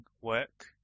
work